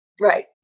Right